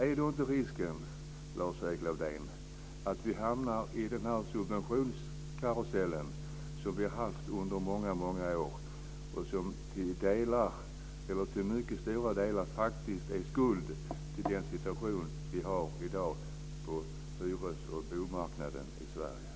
Är då inte risken, Lars-Erik Lövdén, att vi hamnar i den subventionskarusell som vi har haft under många år och som till mycket stora delar är skuld till den situation som vi har i dag på hyres och bostadsmarknaden i Sverige?